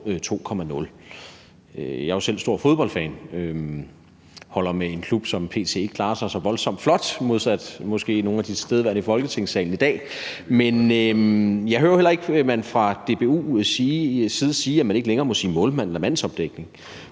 2.0«. Jeg er jo selv stor fodboldfan og holder med en klub, som p.t. ikke klarer sig så voldsomt flot, måske modsat nogle af de andre tilstedeværende i Folketingssalen i dag. Men jeg hører jo heller ikke, at man fra DBU's side siger, at man ikke længere må sige »målmand« eller »mandsopdækning«.